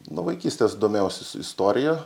nuo vaikystės domėjausis istorija